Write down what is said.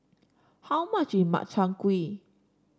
how much is Makchang Gui